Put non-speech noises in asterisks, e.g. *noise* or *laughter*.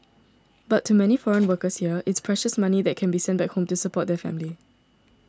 but to many foreign *noise* workers here it's precious money that can be sent back home to support their family